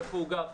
איפה הוא גר,